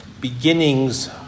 beginnings